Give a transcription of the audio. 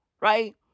right